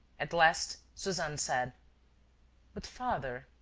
at last suzanne said but, father,